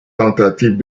tentatives